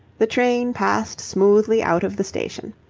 the train passed smoothly out of the station.